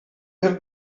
have